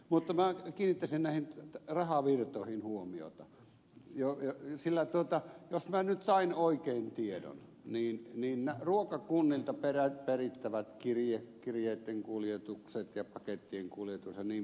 mutta minä kiinnittäisin näihin rahavirtoihin huomiota sillä jos minä nyt sain oikein tiedon niin ruokakunnilta perittävistä kirjeitten kuljetuksista ja pakettien kuljetuksista jnp